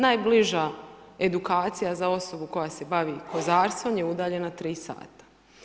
Najbliža edukacija za osobu koja se bavi kozarstvom je udaljena 3 sata.